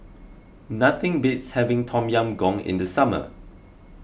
nothing beats having Tom Yam Goong in the summer